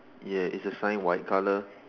ya it's a sign white colour